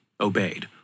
obeyed